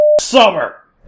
summer